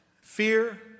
Fear